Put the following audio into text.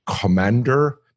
Commander